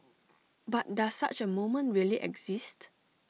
but does such A moment really exist